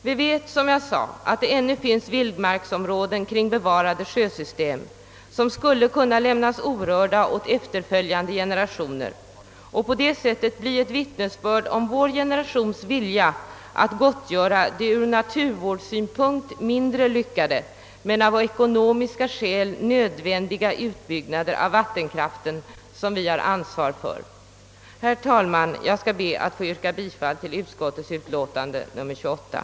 Vi vet att det ännu finns vildmarksområden kring bevarade sjösystem, som skulle kunna lämnas orörda åt efterföljande generationer och därigenom bli ett vittnesbörd om vår generations vilja att gottgöra de ur naturvårdssynpunkt mindre lyckade men av ekonomiska skäl nödvändiga utbyggnader av vattenkraften som vi bär ansvaret för. Herr talman! Jag ber att få yrka bifall till utskottets hemställan.